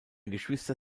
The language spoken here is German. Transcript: geschwister